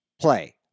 play